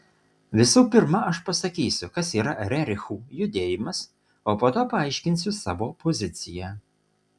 visų pirma aš pasakysiu kas yra rerichų judėjimas o po to paaiškinsiu savo poziciją